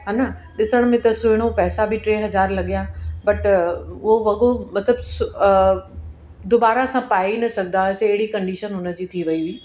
हान ॾिसण में त सुहिड़ो पैसा बि टे हज़ार लॻिया बट उहो वॻो मतिलबु दौबारा सां पाई न सघंदासी अहिड़ी कंडीशन हुनजी थी वेई हुई